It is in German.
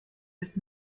des